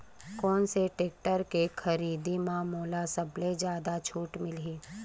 कोन से टेक्टर के खरीदी म मोला सबले जादा छुट मिलही?